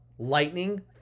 Lightning